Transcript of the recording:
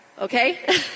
Okay